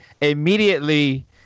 immediately